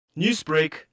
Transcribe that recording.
Newsbreak